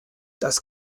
das